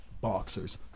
boxers